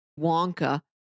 Wonka